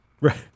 Right